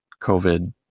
COVID